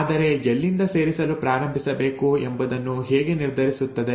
ಆದರೆ ಎಲ್ಲಿಂದ ಸೇರಿಸಲು ಪ್ರಾರಂಭಿಸಬೇಕು ಎಂಬುದನ್ನು ಹೇಗೆ ನಿರ್ಧರಿಸುತ್ತದೆ